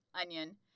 onion